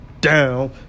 down